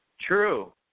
True